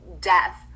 death